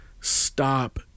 stop